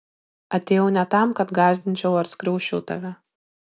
atėjau ne tam kad gąsdinčiau ar skriausčiau tave